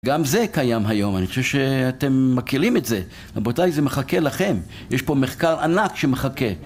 גם זה קיים היום, אני חושב שאתם מכירים את זה. רבותיי, זה מחכה לכם. יש פה מחקר ענק שמחכה.